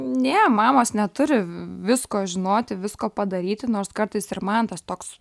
ne mamos neturi visko žinoti visko padaryti nors kartais ir man tas toks